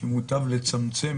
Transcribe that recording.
שמוטב לצמצם